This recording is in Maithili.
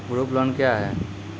ग्रुप लोन क्या है?